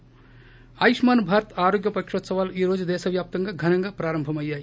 ి ఆయుష్మాన్ భారత్ ఆరోగ్య పకోత్సవాలు ఈ రోజు దేశ వ్యాప్తంగా ఘనంగా ప్రారంభమయ్యాయి